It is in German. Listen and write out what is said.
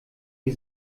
die